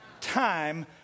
Time